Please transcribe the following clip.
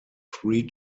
three